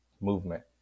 movement